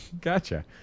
Gotcha